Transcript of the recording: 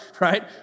right